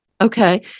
Okay